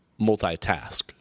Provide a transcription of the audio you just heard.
multitask